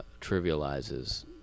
trivializes